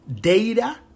data